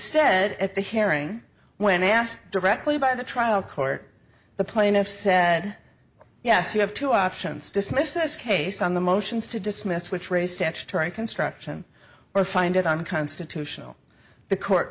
instead at the hearing when asked directly by the trial court the plaintiffs said yes you have two options dismiss this case on the motions to dismiss which were a statutory construction or find it unconstitutional the court